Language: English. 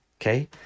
okay